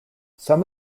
some